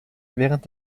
während